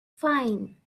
fine